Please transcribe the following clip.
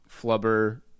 Flubber